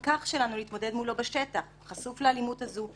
להיכנס לבית, המפקח שיבוא יהיה חשוף לאלימות הזאת.